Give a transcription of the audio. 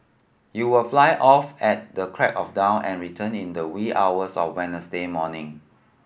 you will fly off at the crack of dawn and return in the wee hours of Wednesday morning